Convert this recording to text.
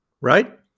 right